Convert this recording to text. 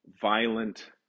violent